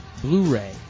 Blu-ray